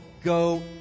Go